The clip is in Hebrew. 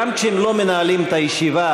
גם כשהם לא מנהלים את הישיבה,